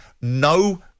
no